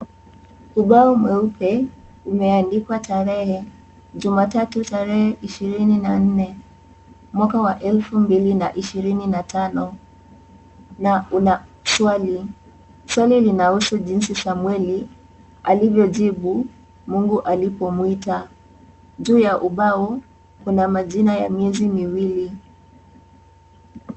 Ubao mweupe umeandikwa tarehe, Jumatatu tarehe ishirini na nne mwaka wa elfu mbili na ishirini na tano na Una swali. Swali linahusu Samweli alivyojibu Mungu alivyomuita. Juu ya ubao, kuna majina ya miezi miwili.